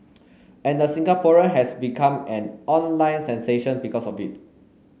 and the Singaporean has become an online sensation because of it